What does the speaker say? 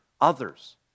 others